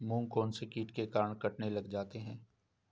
मूंग कौनसे कीट के कारण कटने लग जाते हैं?